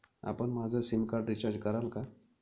आपण माझं sim card recharge कराल का?